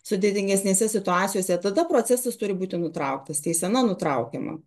sudėtingesnėse situacijose tada procesas turi būti nutrauktas teisena nutraukiama